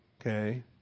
okay